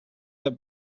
der